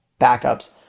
backups